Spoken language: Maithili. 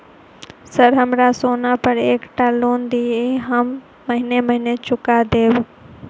सर हमरा सोना पर एकटा लोन दिऽ हम महीने महीने चुका देब?